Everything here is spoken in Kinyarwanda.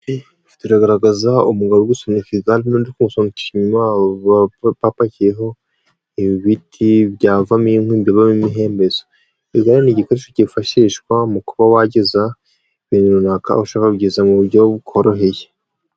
Iraragaza umugabo uri gusunika igare n'undi uri kumunikira inyuma bapakiyeho ibiti byavamo inkwi, igare ni igikoresho cyifashishwa mu kuba wagiza ibintu runaka ushobora kubigeza mu buryo bukoroheye.